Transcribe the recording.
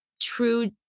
true